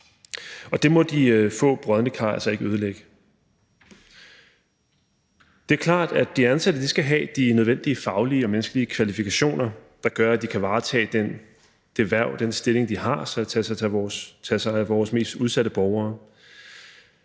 Det må de få brodne kar altså ikke ødelægge. Det er klart, at de ansatte skal have de nødvendige faglige og menneskelige kvalifikationer, der gør, at de kan varetage det hverv, den stilling, de har, som er at tage sig af vores mest udsatte borgere.